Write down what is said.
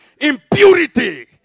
impurity